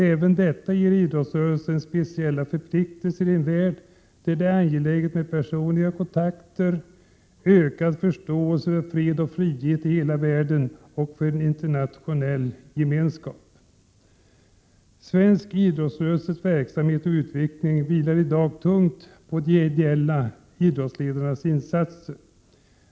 Även detta ger idrottsrörelsen speciella förpliktelser i en värld där det är angeläget med personliga kontakter, ökad förståelse för fred och frihet i hela världen och för en internationell gemenskap. Svensk idrottsrörelses verksamhet och utveckling vilar i dag tungt på idrottsledarnas ideella insatser.